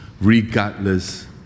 regardless